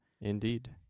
Indeed